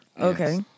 Okay